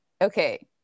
okay